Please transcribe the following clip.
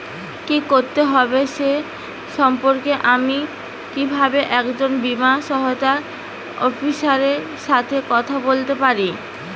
কী করতে হবে সে সম্পর্কে আমি কীভাবে একজন বীমা সহায়তা অফিসারের সাথে কথা বলতে পারি?